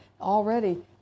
already